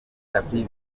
itapi